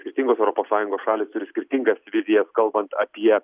skirtingos europos sąjungos šalys turi skirtingas vizijas kalbant apie